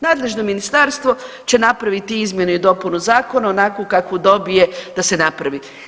Nadležno ministarstvo će napraviti izmjenu i dopunu zakona onakvu kakvu dobije da se napravi.